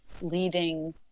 leading